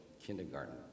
kindergarten